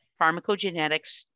pharmacogenetics